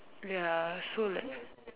ya so like